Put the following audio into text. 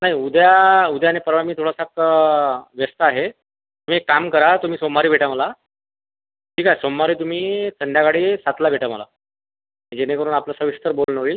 नाही उद्या उद्या आणि परवा मी थोडासा व्यस्त आहे तुम्ही एक काम करा तुम्ही सोमवारी भेटा मला ठीक आहे सोमवारी तुम्ही संध्याकाळी सातला भेटा मला जेणेकरून आपलं सविस्तर बोलणं होईल